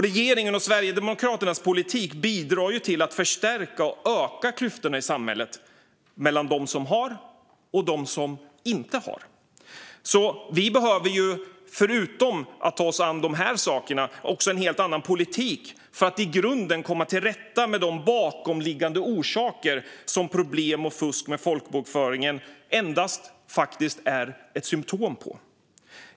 Regeringens och Sverigedemokraternas politik bidrar till att förstärka och öka klyftorna i samhället mellan dem som har och dem som inte har. Förutom att ta oss an de här sakerna behöver vi därför även en helt annan politik för att i grunden komma till rätta med de bakomliggande orsaker som problem och fusk med folkbokföringen endast är ett symtom på.